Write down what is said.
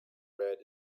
red